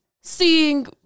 seeing